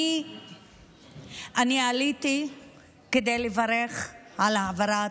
אני עליתי כדי לברך על ההעברה,